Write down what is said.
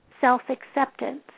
self-acceptance